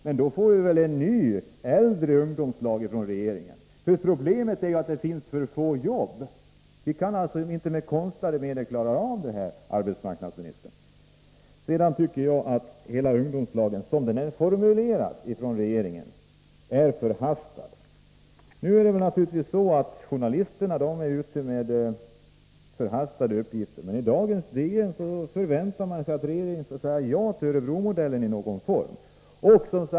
Men då får vi väl en ny ungdomslag för äldre från regeringen. Problemet är att det finns för få jobb. Vi kan inte med konstlade medel klara av detta. Jag tycker att hela frågan om ungdomslag, som den är formulerad från regeringen, är förhastad. Visserligen kan man säga att journalister är ute med förhastade uppgifter, men i dagens DN förväntar man sig att regeringen skall säga ja till Örebromodellen i någon form.